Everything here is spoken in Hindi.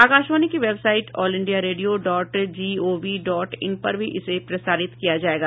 आकाशवाणी की website All India Radio dot G O V dot in पर भी इसे प्रसारित किया जाएगा